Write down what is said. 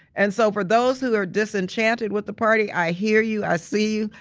and so for those who are disenchanted with the party, i hear you, i see you.